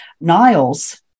Niles